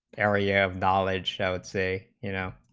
area of knowledge showed say, you know